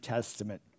Testament